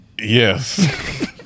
Yes